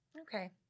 Okay